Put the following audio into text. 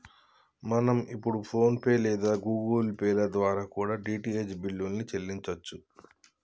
మనం ఇప్పుడు PhonePe లేదా గుగుల్ పే ల ద్వారా కూడా డీ.టీ.హెచ్ బిల్లుల్ని చెల్లించచ్చు